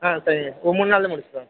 ஆ சரிங்க ஒரு மூணு நாளில் முடிச்சுடுவோம்